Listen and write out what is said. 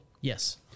Yes